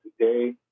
today